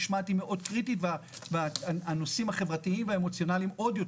המשמעת היא מאוד קריטית והנושאים החברתיים והאמוציונליים עוד יותר.